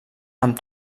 amb